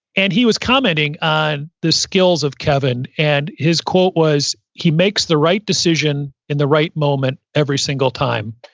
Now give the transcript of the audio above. and he was commenting on the skills of kevin. and his quote was, he makes the right decision in the right moment every single time.